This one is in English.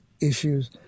issues